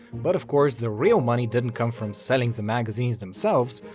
but of course the real money didn't come from selling the magazines themselves,